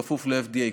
בכפוף ל-FDA,